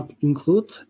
include